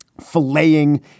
filleting